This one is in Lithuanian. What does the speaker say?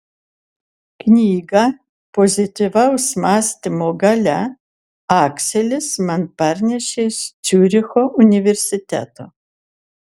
knygą pozityvaus mąstymo galia akselis man parnešė iš ciuricho universiteto